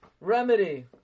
remedy